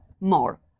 more